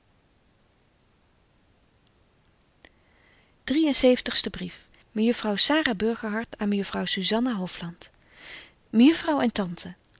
en zeventigste brief mejuffrouw sara burgerhart aan mejuffrouw zuzanna hofland mejuffrouw en tante